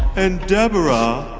and deborah,